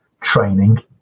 training